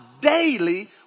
daily